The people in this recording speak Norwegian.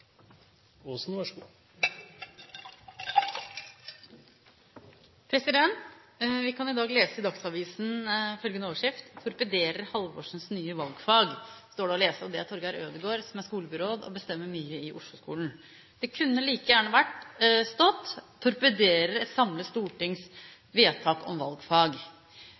Vi kan i dag lese i Dagsavisen følgende overskrift: «Torpederer Halvorsens nye valgfag.» Det står det å lese, og det er Torger Ødegaard, som er skolebyråd og bestemmer mye i Osloskolen. Det kunne like gjerne stått: «Torpederer et samlet stortings vedtak om valgfag».